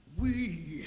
we